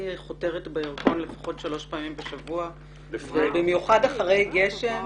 חותרת בירקון לפחות שלוש פעמים בשבוע ובמיוחד אחרי גשם